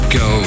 go